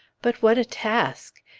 but what a task!